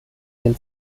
den